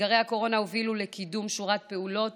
אתגרי הקורונה הובילו לקידום שורת פעולות